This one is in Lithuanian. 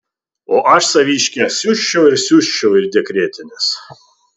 o aš saviškę siųsčiau ir siųsčiau į dekretines